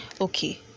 okay